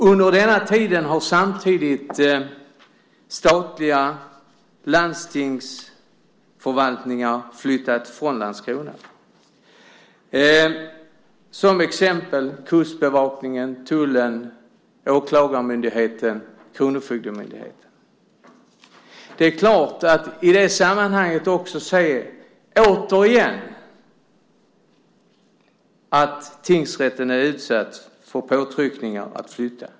Under den tiden har samtidigt statliga landstingsförvaltningar flyttat från Landskrona, exempelvis kustbevakningen, tullen, Åklagarmyndigheten och Kronofogdemyndigheten. Nu ser man att tingsrätten återigen är utsatt för påtryckningar att flytta.